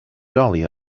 dahlia